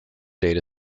data